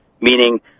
meaning